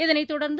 இதனைத் தொடர்ந்து